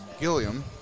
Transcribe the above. Gilliam